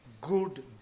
good